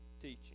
teaching